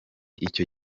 icyo